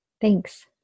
Thanks